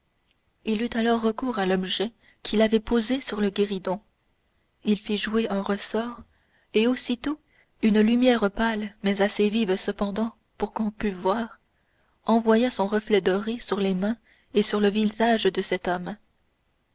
il eut alors recours à l'objet qu'il avait posé sur le guéridon il fit jouer un ressort et aussitôt une lumière pâle mais assez vive cependant pour qu'on pût voir envoya son reflet doré sur les mains et sur le visage de cet homme